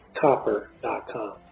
Copper.com